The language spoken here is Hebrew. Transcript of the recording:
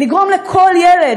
לגרום לכל ילד,